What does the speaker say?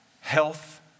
health